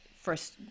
first